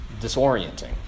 disorienting